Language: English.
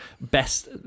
best